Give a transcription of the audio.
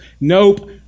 Nope